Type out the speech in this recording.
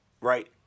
right